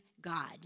God